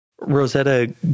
Rosetta